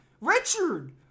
richard